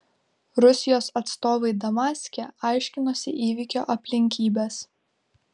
rusijos atstovai damaske aiškinasi įvykio aplinkybes